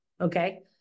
Okay